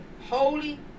holy